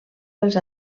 pels